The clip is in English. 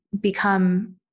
become